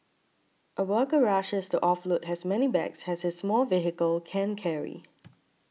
a worker rushes to offload as many bags as his small vehicle can carry